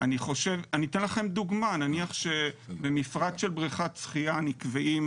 אני אתן לכם דוגמה: נניח שבמפרט של בריכת שחייה נקבעים